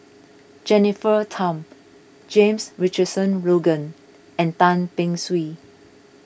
Jennifer Tham James Richardson Logan and Tan Beng Swee